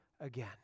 again